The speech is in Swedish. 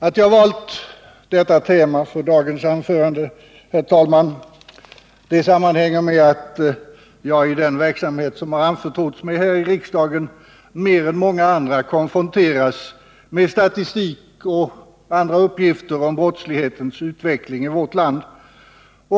Att jag valt detta tema för dagens anförande, herr talman, sammanhänger med att jag genom den verksamhet som anförtrotts mig här i riksdagen mer än många andra konfronteras med statistik och andra uppgifter om brottsutvecklingen i vårt land.